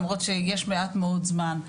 למרות שיש מעט מאוד זמן.